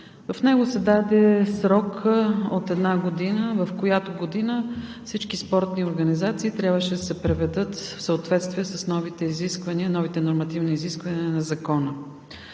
В него се даде срок от една година, в която всички спортни организации трябваше да се приведат в съответствие с новите нормативни изисквания на Закона.